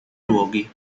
luoghi